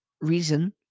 reason